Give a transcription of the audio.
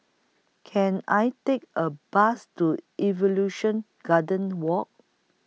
Can I Take A Bus to Evolution Garden Walk